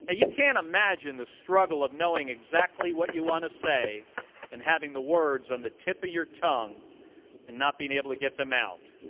ah you can't imagine the struggle of knowing exactly what you want to say and having the words on the tip of your tongue and not being able to get them out.